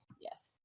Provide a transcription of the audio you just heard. yes